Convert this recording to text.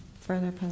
further